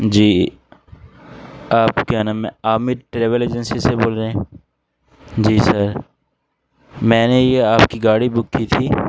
جی آپ کیا نام ہے عامر ٹریول ایجنسی سے بول رہے ہیں جی سر میں نے یہ آپ کی گاڑی بک کی تھی